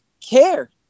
care